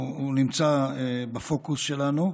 נמצא בפוקוס שלנו.